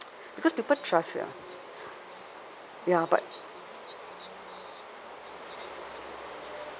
because people trust ya ya but